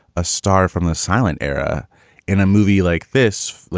a star from the silent era in a movie like this. look,